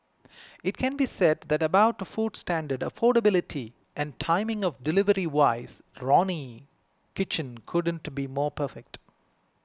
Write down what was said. it can be said that about food standard affordability and timing of delivery wise Ronnie Kitchen couldn't be more perfect